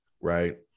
right